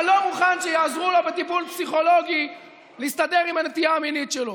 לא מוכן שיעזרו לו בטיפול פסיכולוגי להסתדר עם הנטייה המינית שלו.